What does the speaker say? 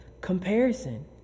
comparison